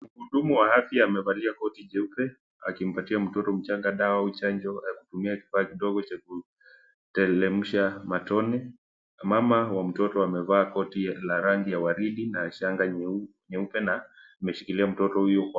Mhudumu wa afya amevalia koti jeupe akimpatia mtoto mchanga dawa au chanjo akitumia kifaa kidogo chekundu kuteremsha matone. Mama wa mtoto amevaa koti la rangi ya waridi na shanga nyeupe na ameshikilia mtoto huyo kwa